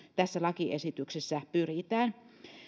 tässä lakiesityksessä nyt pyritään